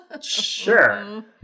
sure